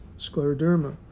scleroderma